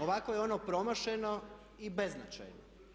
Ovako je ono promašeno i beznačajno.